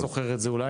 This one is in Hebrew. אתה זוכר את זה אולי,